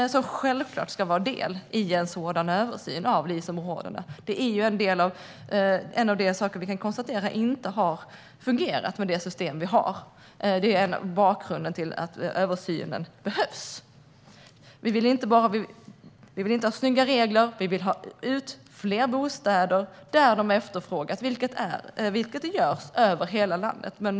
De ska självklart vara en del i en sådan översyn av LIS-områdena. Vi kan konstatera att det inte har fungerat med dagens system. Det är bakgrunden till att översynen behövs. Vi vill inte ha snygga regler, vi vill ha ut fler bostäder där de efterfrågas, vilket gäller över hela landet.